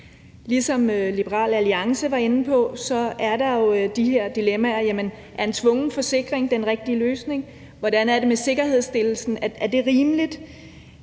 Ligesom Liberal Alliance var inde på er der jo de her dilemmaer: Er en tvungen forsikring den rigtige løsning? Hvordan er det med sikkerhedsstillelsen, er det rimeligt?